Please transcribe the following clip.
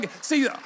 See